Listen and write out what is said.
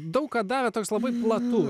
daug ką davė toks labai platu